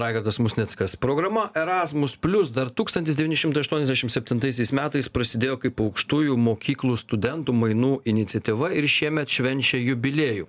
raigardas musnickas programa erasmus plius dar tūkstantis devyni šimtai aštuiniasdešim septintaisiais metais prasidėjo kaip aukštųjų mokyklų studentų mainų iniciatyva ir šiemet švenčia jubiliejų